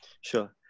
sure